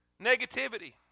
Negativity